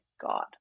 God